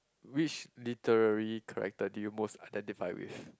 which literary character do you most identify with